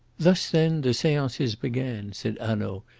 thus, then, the seances began, said hanaud,